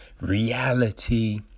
reality